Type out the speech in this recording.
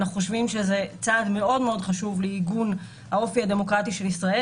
אנחנו חושבים שזה צעד מאוד חשוב לעיגון האופי הדמוקרטי של ישראל.